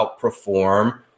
outperform